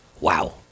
Wow